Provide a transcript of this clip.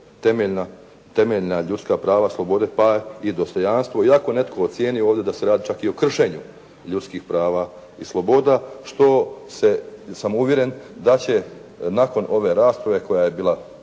temeljna ljudska prava, slobode, pa i dostojanstvo i ako netko ocijeni ovdje da se radi čak i o kršenju ljudskih prava i sloboda što se, sam uvjeren da će nakon ove rasprave koja je bila,